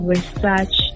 research